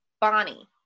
Bonnie